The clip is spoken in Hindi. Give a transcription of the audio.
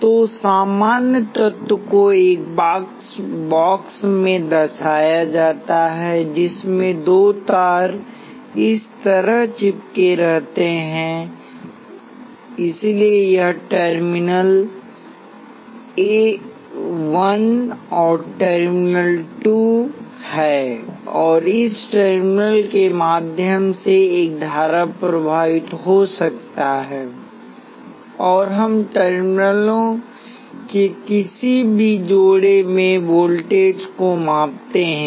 तो सामान्य तत्व को एक बॉक्स द्वारा दर्शाया जाता है जिसमें दो तार इस तरह चिपके रहते हैं इसलिए यह टर्मिनल 1 और टर्मिनल 2 है और इस टर्मिनल के माध्यम से एक धारा प्रवाहित हो सकता है और हम टर्मिनलों के किसी भी जोड़े में वोल्टेज को मापते हैं